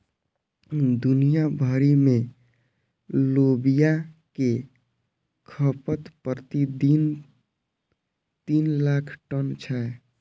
दुनिया भरि मे लोबिया के खपत प्रति दिन तीन लाख टन छै